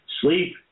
Sleep